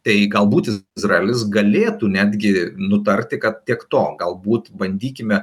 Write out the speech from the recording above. tai galbūt izraelis galėtų netgi nutarti kad tiek to galbūt bandykime